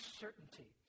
certainty